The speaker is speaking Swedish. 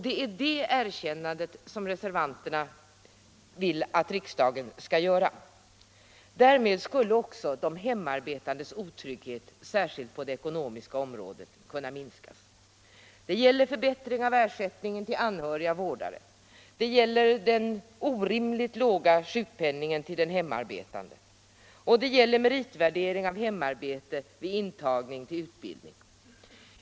Det är det erkännandet som reservanterna vill att riksdagen skall göra. Därmed skulle också de hemarbetandes otrygghet, särskilt på det ekonomiska området, kunna minskas. Det gäller förbättring av ersättningen till anhöriga vårdare, det gäller den orimligt låga sjukpenningen till den hemarbetande och det gäller meritvärdering av hemarbete vid intagning till utbildning.